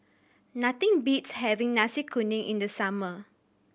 nothing beats having Nasi Kuning in the summer